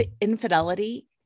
infidelity